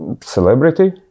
celebrity